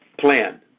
plan